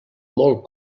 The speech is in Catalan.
molt